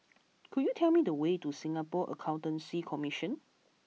could you tell me the way to Singapore Accountancy Commission